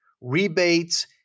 rebates